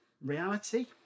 reality